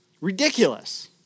ridiculous